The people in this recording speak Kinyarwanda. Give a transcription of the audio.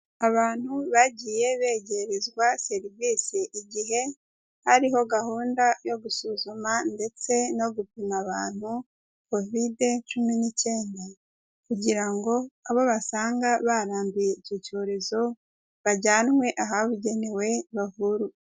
Abantu bagiye begerezwa serivisi igihe hariho gahunda yo gusuzuma ndetse no gupima abantu covid cumi n'icyenda kugira ngo abo basanga baranduye icyo cyorezo bajyanwe ahabugenewe bavurwe.